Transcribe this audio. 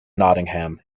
nottingham